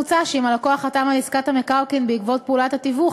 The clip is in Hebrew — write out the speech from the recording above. מוצע שאם הלקוח חתם על עסקת המקרקעין בעקבות פעולת התיווך,